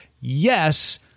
Yes